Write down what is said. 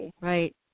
right